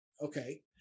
Okay